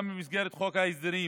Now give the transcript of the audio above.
גם במסגרת חוק ההסדרים